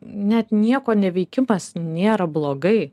net nieko neveikimas nėra blogai